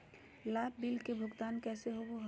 लाभ बिल के भुगतान कैसे होबो हैं?